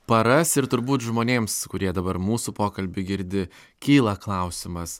paras ir turbūt žmonėms kurie dabar mūsų pokalbį girdi kyla klausimas